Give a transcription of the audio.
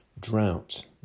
drought